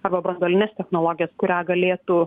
arba branduolines technologijas kurią galėtų